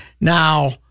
Now